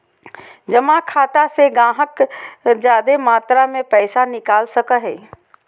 जमा खाता से गाहक जादे मात्रा मे पैसा निकाल सको हय